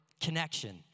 connection